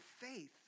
faith